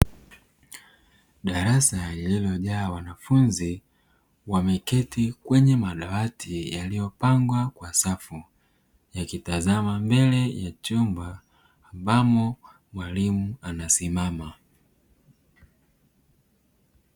Darasa lililojaa wanafunzi wameketi kwenye madawati yaliyopangwa kwa safu yakitazama mbele ya chumba ambamo mwalimu anasimama.